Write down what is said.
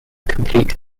complete